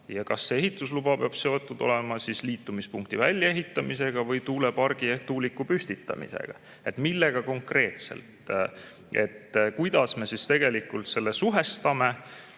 Ja kas see ehitusluba peab olema seotud liitumispunkti väljaehitamisega või tuulepargi ehk tuuliku püstitamisega, millega konkreetselt? Kuidas me selle suhestame?